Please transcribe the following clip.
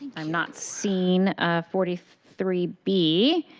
i'm not seeing forty three b.